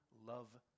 love